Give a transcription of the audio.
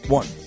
one